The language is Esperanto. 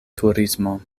turismo